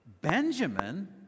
Benjamin